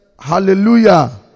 hallelujah